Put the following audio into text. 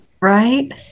Right